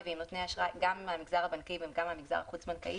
גם מהמגזר הבנקאי וגם מהמגזר החוץ-בנקאי,